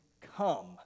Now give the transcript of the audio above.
come